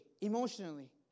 emotionally